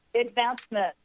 advancement